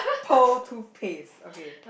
pearl toothpaste okay